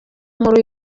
inkuru